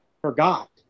forgot